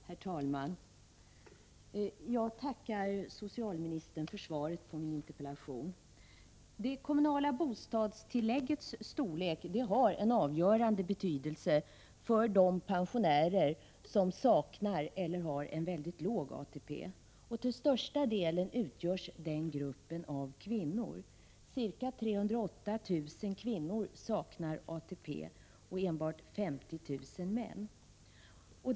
Herr talman! Jag tackar socialministern för svaret på min interpellation. Det kommunala bostadstilläggets storlek har en avgörande betydelse för de pensionärer som saknar eller har väldigt låg ATP. Den gruppen utgörs till största delen av kvinnor. Ca 308 000 kvinnor men enbart 50 000 män saknar ATP.